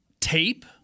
tape